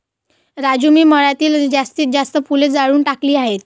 राजू मी मळ्यातील जास्तीत जास्त फुले जाळून टाकली आहेत